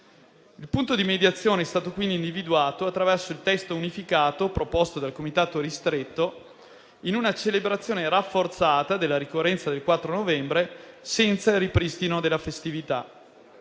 Il punto di mediazione è stato quindi individuato, attraverso il testo unificato proposto dal comitato ristretto, in una celebrazione rafforzata della ricorrenza del 4 novembre senza il ripristino della festività.